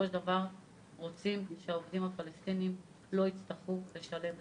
רוצים שעובדים הפלסטינים לא יצטרכו לשלם לספסרים,